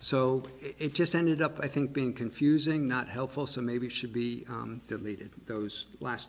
so it just ended up i think being confusing not helpful so maybe should be deleted those last